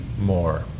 more